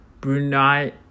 Brunei